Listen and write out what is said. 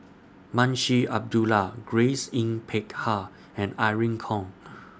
Munshi Abdullah Grace Yin Peck Ha and Irene Khong